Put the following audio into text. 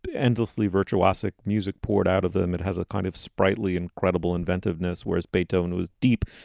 endlessly virtuosic music poured out of them. it has a kind of sprightly, incredible inventiveness where as beethoven was deep,